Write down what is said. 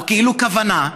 או כאילו כוונה,